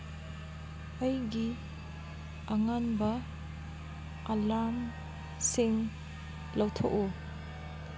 ꯑꯩꯒꯤ ꯑꯉꯟꯕ ꯑꯦꯂꯥꯝꯁꯤꯡ ꯂꯧꯊꯣꯛꯎ